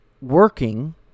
working